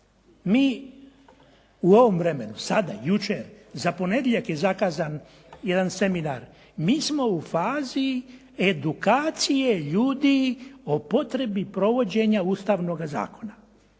mi u ovom vremenu, sada, jučer, za ponedjeljak je zakazan jedan seminar. Mi smo u fazi edukacije ljudi o potrebi provođenja ustavnoga zakona